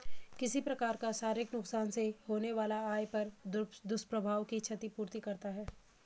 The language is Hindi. किसी प्रकार का शारीरिक नुकसान से होने वाला आय पर दुष्प्रभाव की क्षति पूर्ति करती है